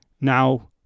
Now